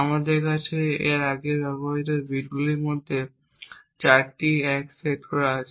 আমাদের কাছে এই আগের ব্যবহৃত বিটগুলির মধ্যে 4টি 1 এ সেট করা আছে